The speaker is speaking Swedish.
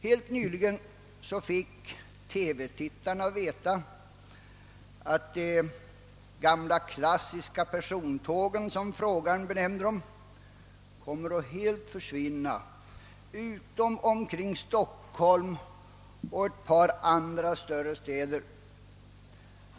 Helt nyligen fick TV-tittarna veta att »de gamla klassiska persontågen», som den frågande benämnde dem, kommer att helt försvinna utom omkring Stockholm och ett par andra större städer.